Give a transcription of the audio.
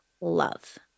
love